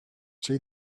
see